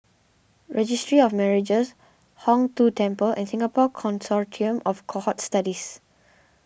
Registry of Marriages Hong Tho Temple and Singapore Consortium of Cohort Studies